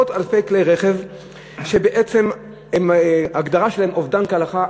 עשרות-אלפי כלי רכב שבעצם ההגדרה שלהם היא "אובדן להלכה".